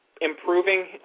improving